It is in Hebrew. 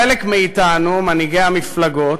חלק מאתנו, מנהיגי המפלגות,